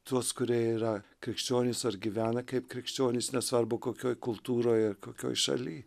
tuos kurie yra krikščionys ar gyvena kaip krikščionys nesvarbu kokioj kultūroj ar kokioj šalyj